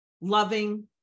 loving